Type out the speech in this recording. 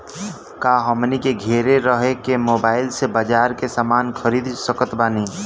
का हमनी के घेरे रह के मोब्बाइल से बाजार के समान खरीद सकत बनी?